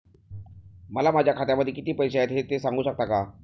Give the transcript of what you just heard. मला माझ्या खात्यामध्ये किती पैसे आहेत ते सांगू शकता का?